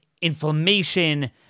inflammation